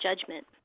judgment